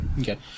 Okay